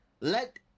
let